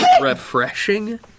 refreshing